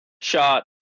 shot